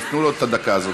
אז תנו לו את הדקה הזאת,